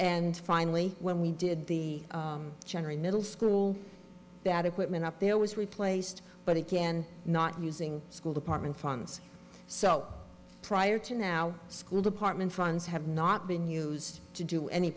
and finally when we did the general middle school that equipment up there was replaced but again not using school department funds so prior to now school department funds have not been used to do any